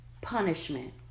punishment